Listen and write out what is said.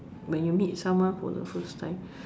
when you meet someone for the first time